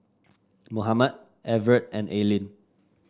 Mohamed Evert and Aylin